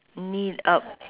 knee up